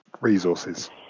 resources